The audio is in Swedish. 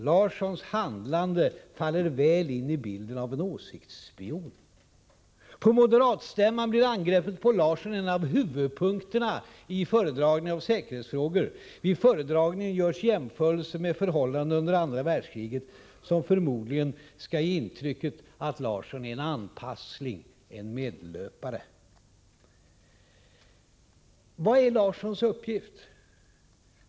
Larssons handlande faller väl in i bilden av en åsiktsspion.” På moderatstämman blir angreppet på Ulf Larsson en av huvudpunkterna i föredragningen om säkerhetsfrågor. Vid föredragningen görs jämförelser med förhållandena under andra världskriget som förmodligen skall ge intrycket att Larsson är en anpassling, en medlöpare. Vilken är Ulf Larssons uppgift?